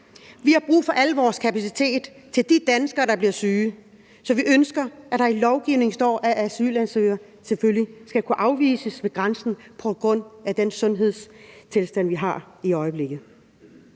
Vi har brug for al vores kapacitet til de danskere, der bliver syge, så vi ønsker, at der i lovgivningen står, at asylansøgere selvfølgelig skal kunne afvises ved grænsen på grund af den sundhedstilstand, vi har i øjeblikket.